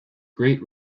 great